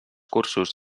cursos